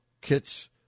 Kit's